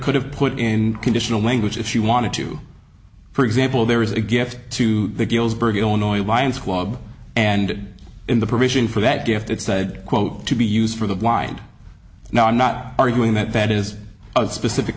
could have put in conditional language if you wanted to for example there is a gift to the galesburg illinois lion's club and in the provision for that gift it said quote to be used for the blind now i'm not arguing that that is a specific